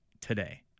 today